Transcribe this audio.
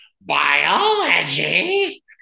biology